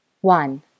one